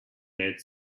led